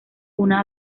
una